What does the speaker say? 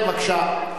מוותר, בבקשה.